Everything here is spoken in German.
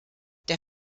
der